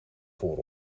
voor